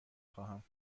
خواهم